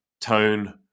Tone